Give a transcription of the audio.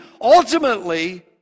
ultimately